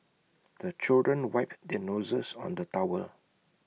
the children wipe their noses on the tower